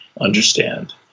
understand